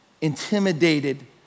intimidated